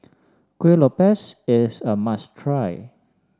Kueh Lopes is a must try